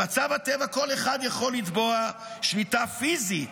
במצב הטבע כל אחד יכול לתבוע שליטה פיזית,